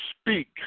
speak